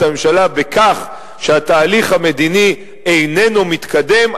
הממשלה בכך שהתהליך המדיני איננו מתקדם,